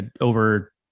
over